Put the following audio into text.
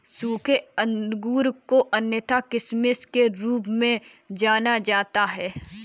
सूखे अंगूर को अन्यथा किशमिश के रूप में जाना जाता है